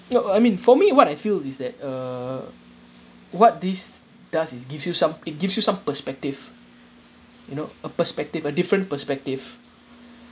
no I mean for me what I feel is that uh what this does is gives you some it gives you some perspective you know a perspective a different perspective